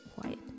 quiet